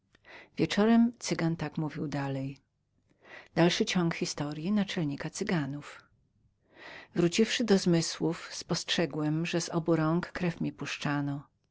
wieczorem cygan tak dalej mówił wróciłem do zmysłów spostrzegłem że z obu rąk krew mi puszczano